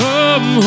Come